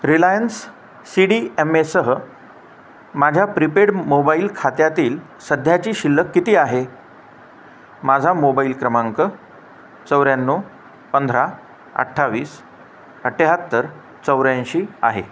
Reliance C D M एसह माझ्या prepaid mobile खात्यातील सध्याची शिल्लक किती आहे माझा मोबाईल क्रमांक चौऱ्याण्णव पंधरा अठ्ठावीस अठ्याहत्तर चौऱ्याऐंशी आहे